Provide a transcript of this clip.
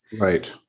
right